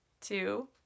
two